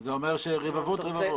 זה אומר רבבות רבבות.